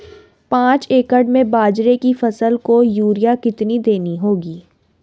पांच एकड़ में बाजरे की फसल को यूरिया कितनी देनी होगी?